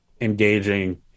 engaging